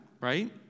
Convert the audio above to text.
right